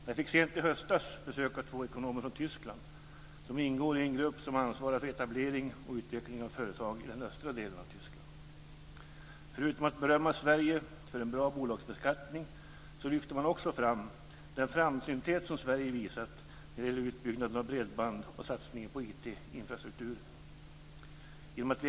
Jag fick sent i höstas besök av två ekonomer från Tyskland som ingår i en grupp som ansvarar för etablering och utveckling av företag i den östra delen av Tyskland. Förutom att berömma Sverige för en bra bolagsbeskattning lyfte man också fram den framsynthet som Sverige visat när det gäller utbyggnaden av bredband och satsningen på IT-infrastrukturen.